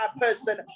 person